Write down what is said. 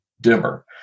dimmer